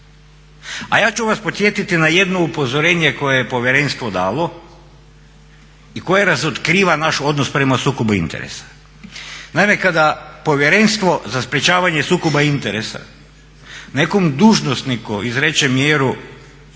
a ja ću vas podsjetiti na jedno upozorenje koje je povjerenstvo dalo i koje razotkriva naš odnos prema sukobu interesa. Naime, kada Povjerenstvo za sprječavanje sukoba interesa nekom dužnosniku izreče mjeru